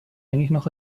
eigentlich